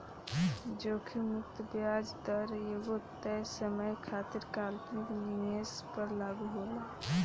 जोखिम मुक्त ब्याज दर एगो तय समय खातिर काल्पनिक निवेश पर लागू होला